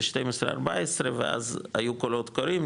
ב-12-14 ואז היו קולות קוראים,